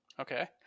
Okay